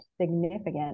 significant